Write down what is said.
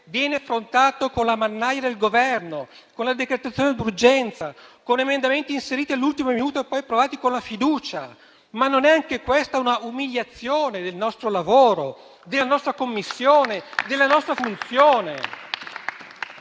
viene affrontato con la mannaia del Governo, con la decretazione d'urgenza, con emendamenti inseriti all'ultimo minuto e poi approvati con la fiducia. Non è anche questa un'umiliazione del nostro lavoro, della nostra Commissione, della nostra funzione?